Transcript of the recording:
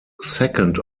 second